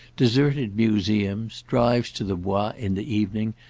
deserted museums, drives to the bois in the evening,